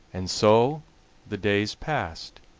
and so the days passed,